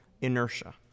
inertia